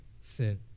sin